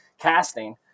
casting